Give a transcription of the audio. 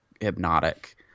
hypnotic